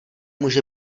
může